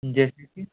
जैसे कि